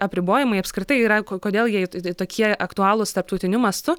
apribojimai apskritai yra kodėl jai tokie aktualūs tarptautiniu mastu